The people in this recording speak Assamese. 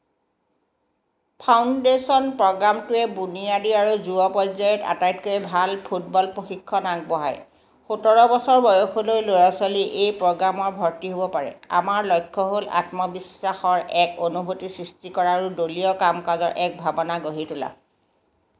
ফাউণ্ডেশ্যন প্ৰগ্ৰামটোৱে বুনিয়াদী আৰু যুৱ পৰ্য্যায়ত আটাইতকৈ ভাল ফুটবল প্ৰশিক্ষণ আগবঢ়ায় সোতৰ বছৰ বয়সলৈ ল'ৰা ছোৱালী এই প্ৰগ্ৰামত ভৰ্তি হ'ব পাৰে আমাৰ লক্ষ্য হ'ল আত্মবিশ্বাসৰ এক অনুভূতি সৃষ্টি কৰা আৰু দলীয় কামকাজৰ এক ভাবনা গঢ়ি তোলা